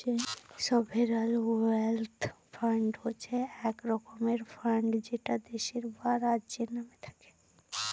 sovereign wealth fund হচ্ছে এক রকমের ফান্ড যেটা দেশের বা রাজ্যের নামে থাকে